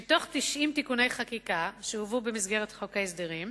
שמתוך 90 תיקוני חקיקה שהובאו במסגרת חוק ההסדרים,